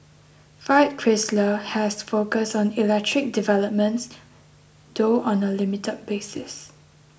Fiat Chrysler has focused on electric developments though on a limited basis